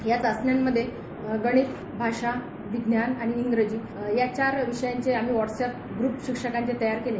या चाचण्यांमध्ये गणित भाषा विज्ञान आणि इंग्रजी या चार विषयांचे आम्ही व्हाट्सअप ग्रूप शिक्षकांचे तयार केले